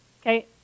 Okay